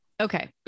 Okay